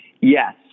Yes